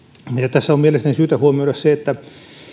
tässä on mielestäni syytä huomioida se että